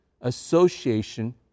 association